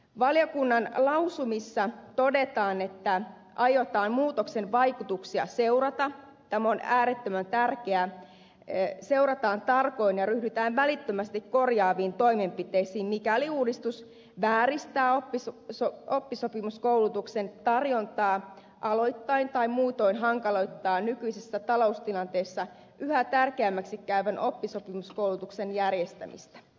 valiokunnan lausumissa todetaan että aiotaan muutoksen vaikutuksia tämä on äärettömän tärkeä seurata tarkoin ja ryhdytään välittömästi korjaaviin toimenpiteisiin mikäli uudistus vääristää oppisopimuskoulutuksen tarjontaa aloittain tai muutoin hankaloittaa nykyisessä taloustilanteessa yhä tärkeämmäksi käyvän oppisopimuskoulutuksen järjestämistä